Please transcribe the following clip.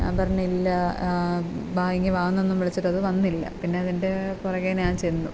ഞാൻ പറഞ്ഞു ഇല്ല വാ ഇങ്ങ് വാ എന്നൊന്നും വിളിച്ചിട്ട് അത് വന്നില്ല പിന്നെ അതിൻ്റെ പുറകെ ഞാൻ ചെന്നു